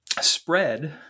spread